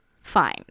fine